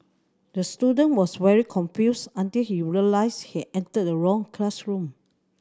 the student was very confused until he realised he entered the wrong classroom